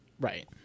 Right